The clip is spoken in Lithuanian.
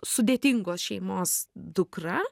sudėtingos šeimos dukra